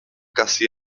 casi